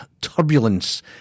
Turbulence